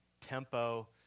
tempo